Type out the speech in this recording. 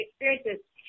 experiences